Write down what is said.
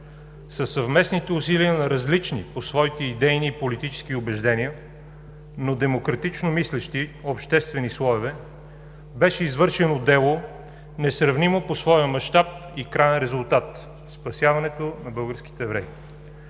Със съвместните усилия на различни, по своите идейни и политически убеждения, но демократично мислещи, обществени слоеве беше извършено дело, несравнимо по своя мащаб и краен резултат – спасяването на българските евреи.